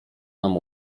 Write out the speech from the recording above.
nam